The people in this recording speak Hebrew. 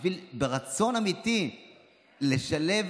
ברצון אמיתי לשלב,